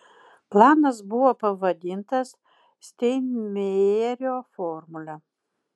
planas buvo pavadintas steinmeierio formule